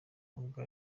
n’ubwo